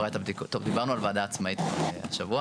דיברנו על וועדה עצמאית השבוע.